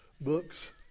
books